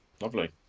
Lovely